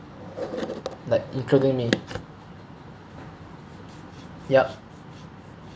like including me yup